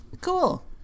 Cool